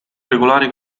regolare